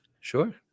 sure